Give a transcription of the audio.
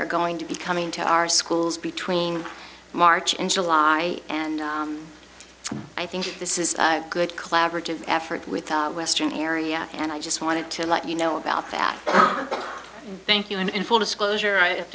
are going to be coming to our schools between march and july and i think this is a good collaborative effort with our western area and i just wanted to let you know about that thank you and in full disclosure i have